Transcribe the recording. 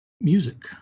music